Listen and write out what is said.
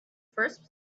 first